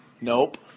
Nope